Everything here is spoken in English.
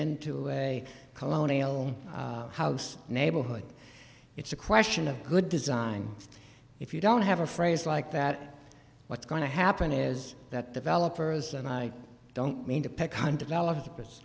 into a colonial house neighborhood it's a question of good design if you don't have a phrase like that what's going to happen is that developers and i don't mean to pick one developer